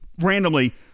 randomly